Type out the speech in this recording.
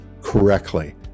correctly